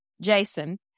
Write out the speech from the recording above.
Jason